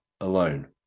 alone